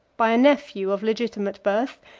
by a nephew of legitimate birth,